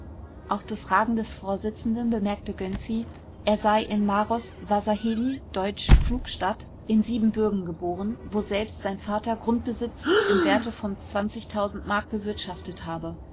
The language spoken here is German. auf befragen des vorsitzenden bemerkte gönczi er sei in maros vasarhely deutsch pflugstadt stadt in siebenbürgen geboren woselbst sein vater grundbesitz im werte von m bewirtschaftet habe